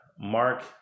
Mark